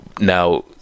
now